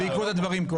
באמצע הדיון.